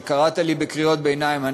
קראת לי קריאות ביניים,